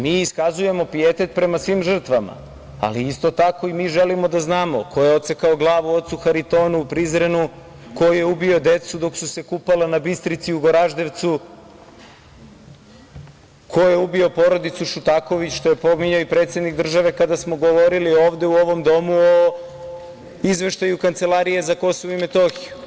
Mi iskazujemo pijetet prema svim žrtvama, ali isto tako i mi želimo da znamo ko je odsekao glavu ocu Haritonu u Prizrenu, ko je ubio decu dok su se kupala na Bistrici u Goraždevcu, ko je ubio porodicu Šutaković, što je pominjao i predsednik države kada smo govorili ovde u ovom domu o izveštaju Kancelarije za Kosovo i Metohiju?